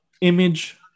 image